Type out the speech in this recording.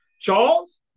Charles